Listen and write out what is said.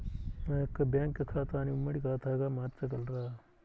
నా యొక్క బ్యాంకు ఖాతాని ఉమ్మడి ఖాతాగా మార్చగలరా?